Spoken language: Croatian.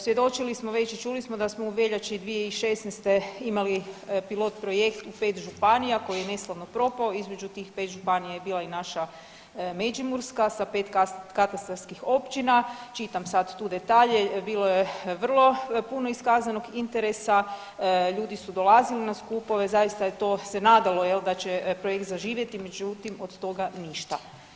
Svjedočili smo već i čuli smo da smo u veljači 2016. imali pilot projekt u pet županija koji je neslavno propao, između tih pet županija je bila i naša Međimurska sa pet katastarskih općina, čitam sad tu detalje, bilo je vrlo puno iskazanog interesa, ljudi su dolazili na skupove zaista je to se nadalo jel da će projekt zaživjeti, međutim od toga ništa.